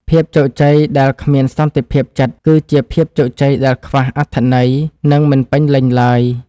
ភាពជោគជ័យដែលគ្មានសន្តិភាពចិត្តគឺជាភាពជោគជ័យដែលខ្វះខាតអត្ថន័យ និង មិនពេញលេញឡើយ។